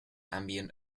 ambient